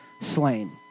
slain